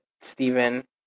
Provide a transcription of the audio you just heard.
Stephen